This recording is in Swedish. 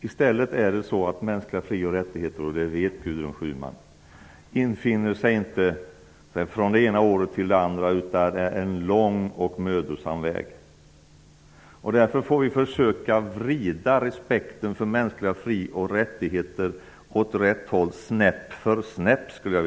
Det är i stället så att mänskliga fri och rättigheter inte infinner sig från det ena året till det andra. Det vet Gudrun Schyman. Det är en lång och mödosam väg. Därför får vi försöka att vrida respekten för mänskliga fri och rättigheter åt rätt håll snäpp för snäpp.